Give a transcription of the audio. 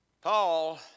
Paul